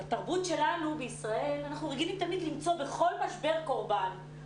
בתרבות שלנו בישראל אנחנו רגילים תמיד למצוא בכל משבר קורבן.